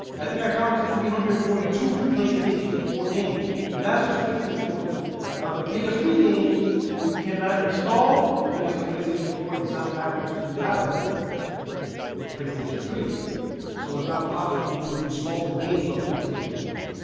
i think i counted three hundred and forty two playstation four games and that's just playstation four games now the p s three games you cannot install because the playstation four is not backwards compatible with playstation three so it's not possible to install the games on the playstation four,